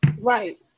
Right